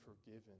forgiven